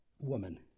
woman